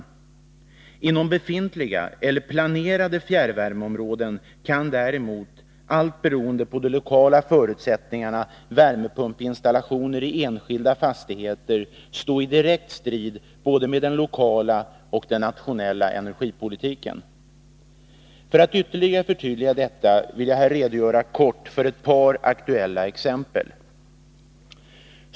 Inom befintliga eller planerade fjärrvärmeområden kan däremot, allt beroende på de lokala förutsättningarna, värmepumpsinstallationer i enskilda fastigheter stå i direkt strid med både den lokala och den nationella energipolitiken. För att ytterligare förtydliga detta vill jag här kort redogöra för ett par aktuella exempel.